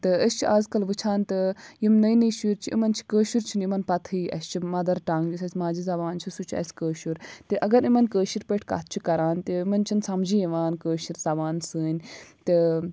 تہٕ أسی چھِ اَز کَل وُِچھان تہٕ یِم نٔے نٔے شُرۍ چھِ یِمن چھُ کٲشُر چھےٚ نہٕ یِمن پَتہٕ ہَے اَسہِ چھِ مٔدر ٹنٛگ یُس اَسہِ ماجہِ زَبان چھِ سُہ چھُ اَسہِ کٲشُر تہٕ اَگر یِمن کٲشِرۍ پٲٹھۍ کَتھ چھِ کران تہٕ تِمن چھِنہٕ سَمجھے یِوان کٲشِر زَبان سٲنۍ تہٕ